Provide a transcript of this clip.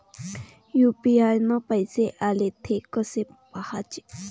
UPI न पैसे आले, थे कसे पाहाचे?